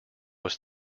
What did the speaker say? was